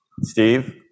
steve